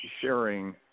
sharing